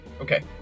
Okay